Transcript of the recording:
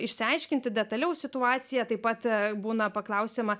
išsiaiškinti detaliau situaciją taip pat būna paklausiama